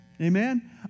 Amen